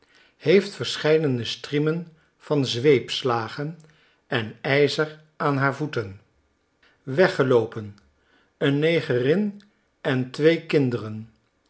heeft verscheidene striemen van zweepslagen en yzer aanhaar voeten weggeloopen een negerin en twee kinderen